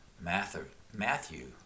Matthew